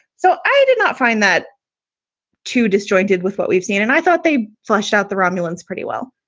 so i did not find that too disjointed with what we've seen. and i thought they fleshed out the romulans pretty well.